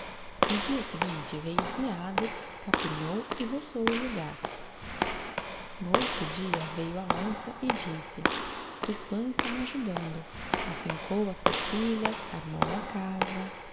no dia seguinte veio o veado capinou e roçou o logar no outro dia veio a onça e disse tupâ está me ajudando afincou as forquilhas armou a casa